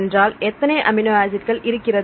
என்றால் எத்தனை அமினோ ஆசிட்கள் இருக்கிறது